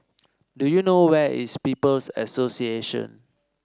do you know where is People's Association